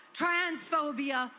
transphobia